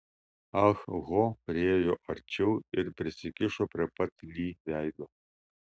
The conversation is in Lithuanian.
ah ho priėjo arčiau ir prisikišo prie pat li veido